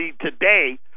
today